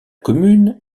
commune